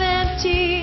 empty